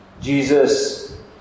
Jesus